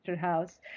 House